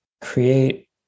create